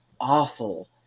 awful